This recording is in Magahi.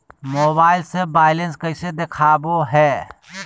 मोबाइल से बायलेंस कैसे देखाबो है?